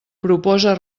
proposa